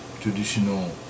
traditional